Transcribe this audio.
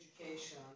education